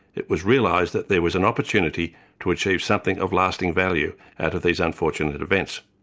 it was realised that there was an opportunity to achieve something of lasting value out of these unfortunate events.